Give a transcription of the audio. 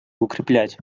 укреплять